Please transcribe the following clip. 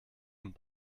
und